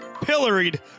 pilloried